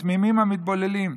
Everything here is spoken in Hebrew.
התמימים, המתבוללים,